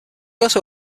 also